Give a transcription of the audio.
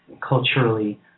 culturally